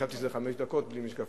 חשבתי שזה חמש דקות - בלי משקפיים.